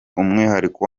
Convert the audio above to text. umwihariko